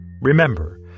Remember